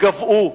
גוועו,